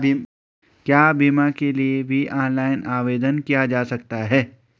क्या बीमा के लिए भी ऑनलाइन आवेदन किया जा सकता है?